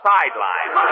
sideline